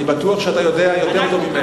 אני בטוח שאתה יודע יותר טוב ממני.